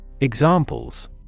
Examples